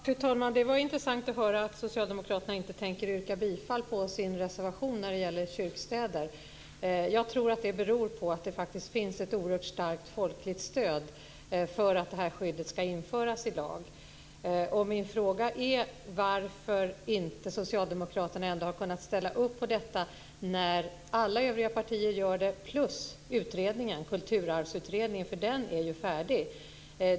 Fru talman! Det var intressant att höra att socialdemokraterna inte tänker yrka bifall till sin reservation när det gäller kyrkstäder. Jag tror att det beror på att det finns ett oerhört stort folkligt stöd för att detta skydd ska införas i lag. Min fråga är varför socialdemokraterna inte har kunnat ställa upp på detta när alla övriga partier gör det, plus Kulturarvsutredningen, som ju är färdig.